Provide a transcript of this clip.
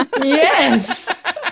yes